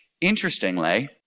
Interestingly